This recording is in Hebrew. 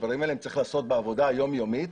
הם צריכים לעסוק בעבודה היומיומית.